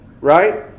Right